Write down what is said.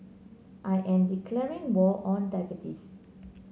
I am declaring war on diabetes